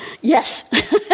Yes